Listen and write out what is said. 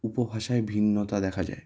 উপভাষায় ভিন্নতা দেখা যায়